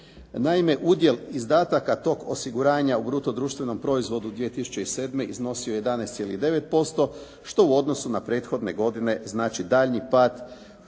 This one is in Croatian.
Naime udjel izdataka tog osiguranja u bruto društvenom proizvodu 2007. iznosio je 11,9% što u odnosu na prethodne godine znači daljnji pad.